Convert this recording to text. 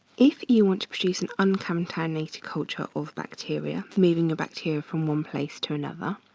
if you want to produce an uncontaminated culture of bacteria, moving your bacteria from one place to another,